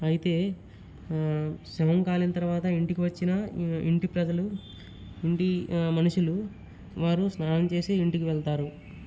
అయితే శవం కాలం తరువాత ఇంటికి వచ్చిన ఇంటి ప్రజలు ఇంటి మనుషులు వారు స్నానం చేసే ఇంటికి వెళతారు